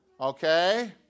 Okay